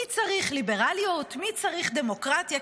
מי צריך ליברליות, מי צריך דמוקרטיה?